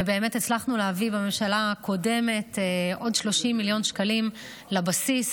ובאמת הצלחנו להביא בממשלה הקודמת עוד 30 מיליון שקלים לבסיס,